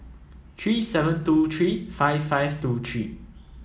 three seven two three five five two three